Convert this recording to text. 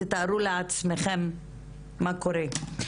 תארו לעצמכם מה קורה.